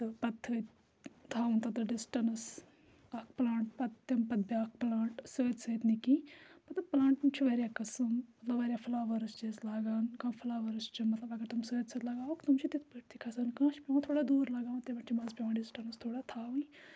تہٕ پَتہٕ تھٔدۍ تھاوُن تَتھ ڈِسٹَنٕس اَکھ پٕلانٛٹ پَتہٕ تَمہِ پَتہٕ بیٛاکھ پٕلانٹ سۭتۍ سۭتۍ نہٕ کِہیٖنۍ مطلب پٕلانٛٹ تِم چھِ واریاہ قٕسٕم مطلب واریاہ فٕلاوٲرٕس چھِ أسۍ لاگان کانٛہہ فٕلاوَرٕس چھِ مطلب اَگَر تِم سۭتۍ سۭتۍ لَگاووکھ تِم چھِ تِتھ پٲٹھۍ تہِ کھَسان کانٛہہ چھُ پٮ۪وان تھوڑا دوٗر لَگاوُن تَمہِ پٮ۪ٹھ چھِ منٛزٕ پٮ۪وان ڈِسٹَنٕس تھوڑا تھاوٕنۍ